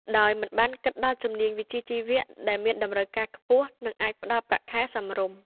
ដោយមិនបានគិតដល់ជំនាញវិជ្ជាជីវៈដែលមានតម្រូវការខ្ពស់ និងអាចផ្តល់ប្រាក់ខែសមរម្យ។